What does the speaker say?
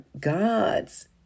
gods